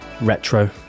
Retro